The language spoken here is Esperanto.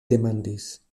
demandis